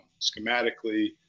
Schematically